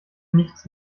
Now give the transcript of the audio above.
nichts